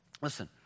listen